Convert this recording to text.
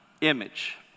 image